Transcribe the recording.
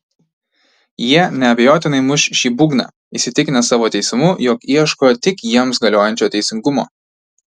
jie neabejotinai muš šį būgną įsitikinę savo teisumu jog ieško tik jiems galiojančio teisingumo